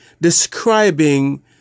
describing